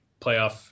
playoff